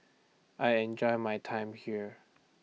I enjoy my time here